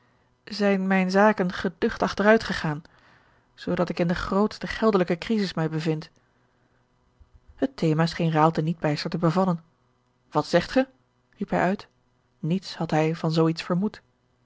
zijn mijne zaken geducht achteruit gegaan zoodat ik in de grootste geldelijke crisis mij bevind het thema scheen raalte niet bijster te bevallen wat zegt gij riep hij uit niets had hij van zoo iets vermoed